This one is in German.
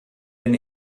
den